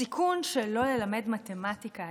הסיכון שלא ללמד מתמטיקה,